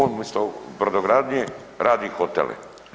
On umjesto brodogradnje radi hotele.